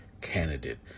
candidate